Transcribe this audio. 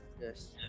Yes